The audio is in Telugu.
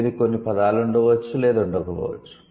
దీనికి కొన్ని పదాలు ఉండవచ్చు లేదా ఉండకపోవచ్చు